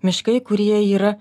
miškai kurie yra